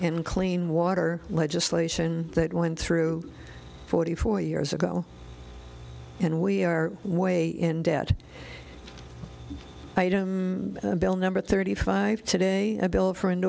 and clean water legislation that went through forty four years ago and we are way in debt item number thirty five today a bill for a